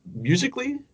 musically